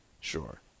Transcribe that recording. Sure